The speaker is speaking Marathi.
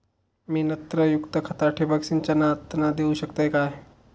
मी नत्रयुक्त खता ठिबक सिंचनातना देऊ शकतय काय?